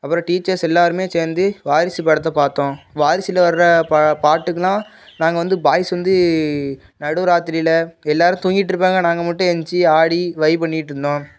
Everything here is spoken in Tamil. அப்புறம் டீச்சர்ஸ் எல்லோருமே சேர்ந்து வாரிசு படத்தை பார்த்தோம் வாரிசில் வர்ற பாட்டுக்கெல்லாம் நாங்கள் வந்து பாய்ஸ் வந்து நடுராத்திரியில் எல்லோரும் தூங்கிட்டு இருப்பாங்க நாங்கள் மட்டும் ஏந்திச்சி ஆடி வைப் பண்ணிட்டு இருந்தோம்